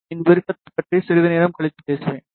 இந்த விருப்பத்தைப் பற்றி சிறிது நேரம் கழித்து பேசுவேன்